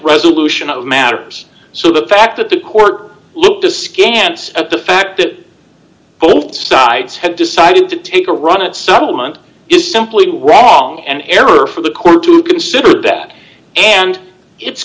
resolution of matters so the fact that the court looked askance at the fact that both sides had decided to take a run it settlement is simply wrong an error for the court to consider that and it's